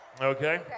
Okay